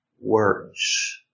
words